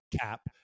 cap